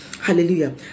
Hallelujah